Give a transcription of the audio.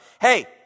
Hey